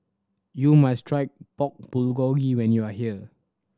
you must try Pork Bulgogi when you are here